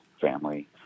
family